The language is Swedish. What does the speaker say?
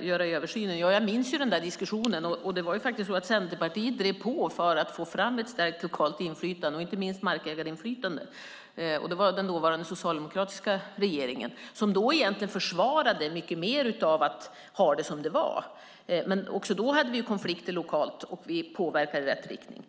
göra översynen. Jag minns diskussionen. Det var faktiskt Centerpartiet som drev på för att få fram ett stärkt lokalt inflytande, inte minst ett markägarinflytande. Det var den dåvarande socialdemokratiska regeringen som egentligen försvarade detta mycket mer och tyckte att vi skulle ha det som det var. Men också då hade vi konflikter lokalt, och vi påverkade det hela i rätt riktning.